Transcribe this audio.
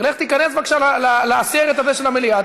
לך תיכנס בבקשה לסרט הזה של המליאה,